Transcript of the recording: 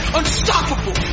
unstoppable